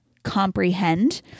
comprehend